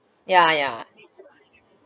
yeah yeah